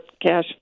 cash